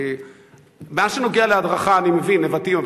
מה שנוגע להדרכה, אני מבין, "נבטים".